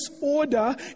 order